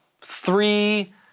Three